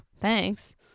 Thanks